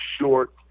short